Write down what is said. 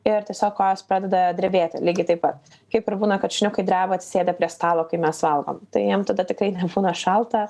ir tiesiog kojos pradeda drebėti lygiai taip pat kaip ir būna kad šuniukai dreba atsisėdę prie stalo kai mes valgom tai jiem tada tikrai nebūna šalta